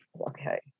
Okay